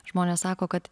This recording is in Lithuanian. žmonės sako kad